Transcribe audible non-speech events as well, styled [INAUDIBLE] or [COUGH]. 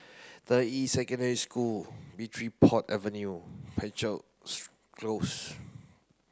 Deyi Secondary School Bridport Avenue [UNINTELLIGIBLE] Close